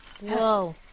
Whoa